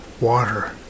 water